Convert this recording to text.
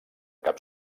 cap